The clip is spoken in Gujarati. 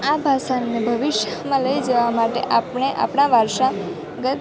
આ ભાષાને ભવિષ્યમાં લઇ જવા માટે આપણે આપણા વારસાગત